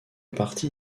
parti